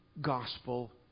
gospel